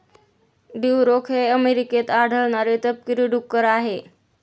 Duroc हे अमेरिकेत आढळणारे तपकिरी डुक्कर आहे